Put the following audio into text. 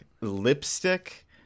lipstick